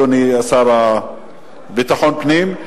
אדוני השר לביטחון פנים.